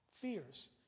fears